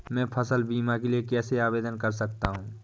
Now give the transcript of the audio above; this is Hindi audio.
मैं फसल बीमा के लिए कैसे आवेदन कर सकता हूँ?